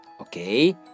okay